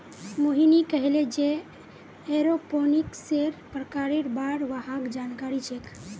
मोहिनी कहले जे एरोपोनिक्सेर प्रकारेर बार वहाक जानकारी छेक